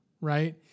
Right